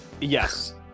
Yes